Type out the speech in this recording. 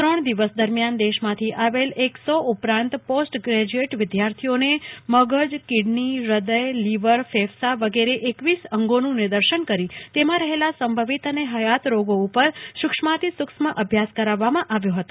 ત્રણ દિવસ દરમિયાન દેશમાંથી આવેલા એક સો ઉપરાંત પોસ્ટ ગ્રેજ્યુએટ વિદ્યાર્થીઓને મગજ કિડની હૃદયલીવરફેફસાં વગેરે એકવીસ અંગોનું નિદર્શન કરી તેમાં રહેલા સંભવિત અને હયાત રોગો ઉપર સુક્ષ્માતિ સુક્ષ્મ અભ્યાસ કરાવવામાં આવ્યો હતો